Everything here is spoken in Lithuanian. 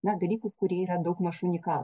na dalykus kurie yra daugmaž unika